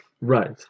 Right